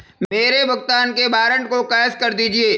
मेरे भुगतान के वारंट को कैश कर दीजिए